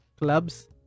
clubs